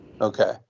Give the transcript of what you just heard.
Okay